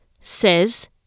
says